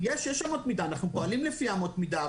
יש אמות מידה, אנחנו פועלים לפי אמות מידה.